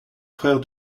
frère